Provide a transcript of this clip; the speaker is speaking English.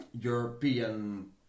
European